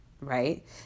right